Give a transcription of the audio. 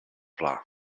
pla